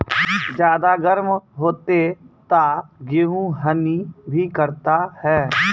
ज्यादा गर्म होते ता गेहूँ हनी भी करता है?